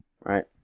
Right